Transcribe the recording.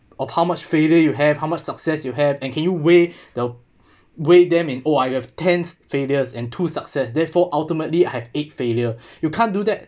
of how much failure you have how much success you have and can you weigh the weigh them in oh I have tens failures and to success therefore ultimately have eight failure you can't do that